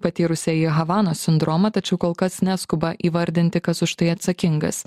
patyrusieji havanos sindromą tačiau kol kas neskuba įvardinti kas už tai atsakingas